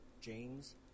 James